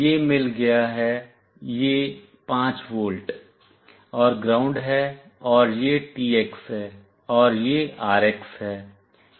यह मिल गया है यह 5 वोल्ट और ग्राउंड है और यह TX है और यह RX है